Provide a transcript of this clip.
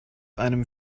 einem